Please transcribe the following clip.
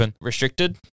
Restricted